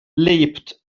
leaped